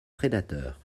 prédateurs